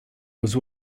was